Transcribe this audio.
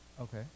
okay